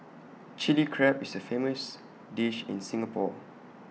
Chilli Crab is A famous dish in Singapore